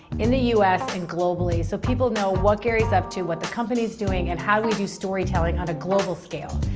in the u s. and globally. so people know what gary's up to, what the company is doing and how we do storytelling on a global scale.